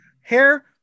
Hair